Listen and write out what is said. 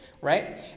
right